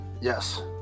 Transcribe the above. Yes